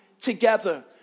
together